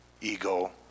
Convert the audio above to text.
ego